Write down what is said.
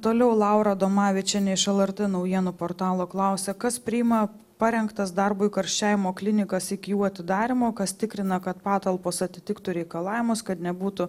toliau laura adomavičienė iš lrt naujienų portalo klausia kas priima parengtas darbui karščiavimo klinikas iki jų atidarymo kas tikrina kad patalpos atitiktų reikalavimus kad nebūtų